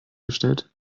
gestellt